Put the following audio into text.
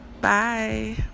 Bye